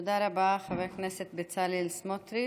תודה רבה, חבר הכנסת בצלאל סמוטריץ'.